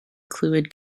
clwyd